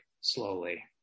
slowly